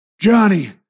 Johnny